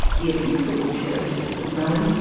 the episcopal church, as it was known,